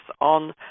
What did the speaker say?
on